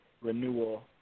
renewal